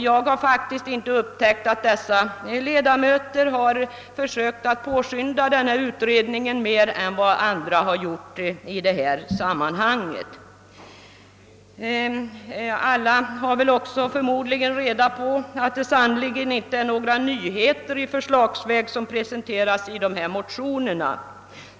Jag har faktiskt inte upptäckt att dessa ledamöter försökt påskynda utredningen mer än vad andra gjort. Alla har väl också reda på att det sannerligen inte är några nyheter i förslagsväg som presenteras i motionerna.